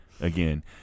again